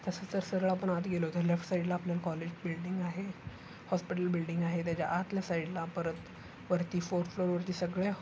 तसं जर सरळ आपण आत गेलो तर लेफ्ट साईडला आपल्याला कॉलेज बिल्डिंग आहे हॉस्पिटल बिल्डिंग आहे त्याच्या आतल्या साईडला परत वरती फोर्थ फ्लोअरवरती सगळ्या